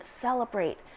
celebrate